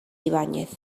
ibáñez